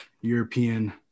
European